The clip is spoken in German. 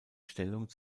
stellung